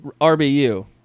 RBU